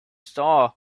star